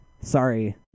sorry